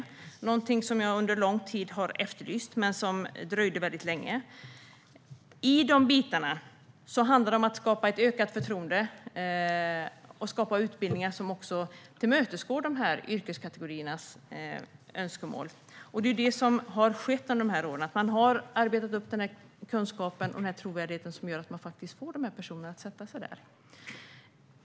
Det är någonting som jag under lång tid har efterlyst men som dröjde väldigt länge. Det handlar där om att skapa ett ökat förtroende och skapa utbildningar som också tillmötesgår önskemålen från dessa yrkeskategorier. Det här är vad som har skett under dessa år. Man har arbetat upp den kunskap och trovärdighet som gör att man får personer att sätta sig där.